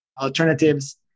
alternatives